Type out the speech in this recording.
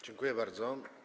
Dziękuję bardzo.